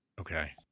Okay